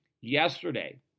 yesterday